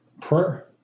prayer